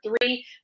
three